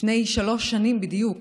לפני שלוש שנים בדיוק